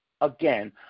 again